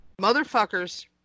Motherfuckers